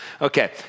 Okay